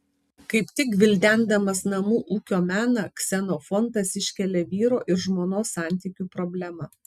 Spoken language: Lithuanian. kaip tik gvildendamas namų ūkio meną ksenofontas iškelia vyro ir žmonos santykių problemą